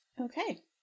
Okay